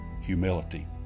humility